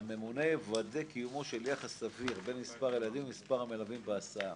"הממונה יוודא קיומו של יחס סביר בין מספר הילדים ומספר המלווים בהסעה".